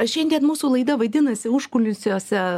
šiandien mūsų laida vadinasi užkulisiuose